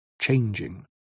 changing